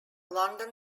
london